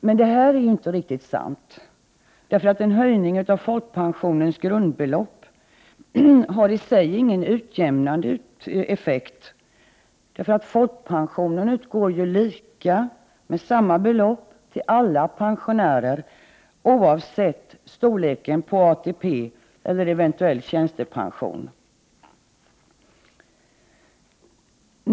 Men detta är inte riktigt sant, för en höjning av folkpensionens grundbelopp har i sig ingen utjämnande effekt. Folkpensionen utgår med samma belopp till alla pensionärer, oavsett storleken på ATP eller eventuell tjänstepension.